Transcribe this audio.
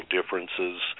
differences